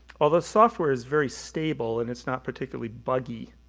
although software is very stable and it's not particularly buggy,